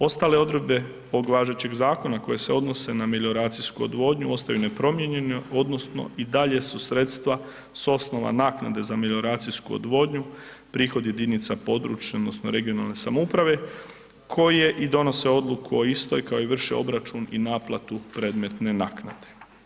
Ostale odredbe ovog važećeg Zakona koje se odnose na melioracijsku odvodnju ostaju nepromijenjene odnosno i dalje su sredstva s osnova naknade za melioracijsku odvodnju, prihod jedinica područne odnosno regionalne samouprave koje i donose odluku o istoj, kao i vrše obračun i naplatu predmetne naknade.